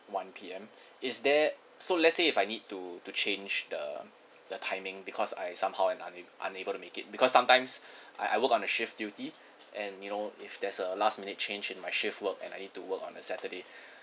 one P_M is there so let's say if I need to to change the the timing because I somehow I una~ unable to make it because sometimes I I work on the shift duty and you know if there's a last minute change in my shift work and I need to work on the saturday